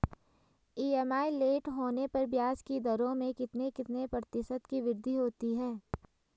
EMI late होने पर ब्याज की दरों में कितने कितने प्रतिशत की वृद्धि होती है?